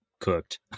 cooked